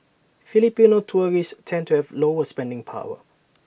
Filipino tourists tend to have lower spending power